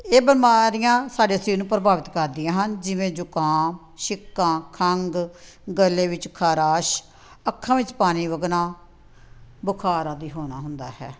ਇਹ ਬਿਮਾਰੀਆਂ ਸਾਡੇ ਸਰੀਰ ਨੂੰ ਪ੍ਰਭਾਵਿਤ ਕਰਦੀਆਂ ਹਨ ਜਿਵੇਂ ਜ਼ੁਕਾਮ ਛਿੱਕਾਂ ਖੰਘ ਗਲੇ ਵਿੱਚ ਖਰਾਸ਼ ਅੱਖਾਂ ਵਿੱਚ ਪਾਣੀ ਵਗਣਾ ਬੁਖਾਰ ਆਦਿ ਹੋਣਾ ਹੁੰਦਾ ਹੈ